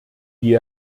die